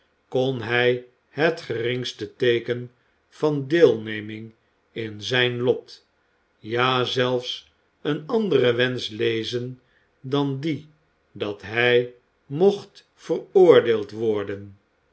kon hij het geringste teeken van deelneming in zijn lot ja zelfs een andere wensch lezen dan dien dat hij mocht veroordee d worden